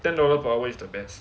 ten dollar per hour is the best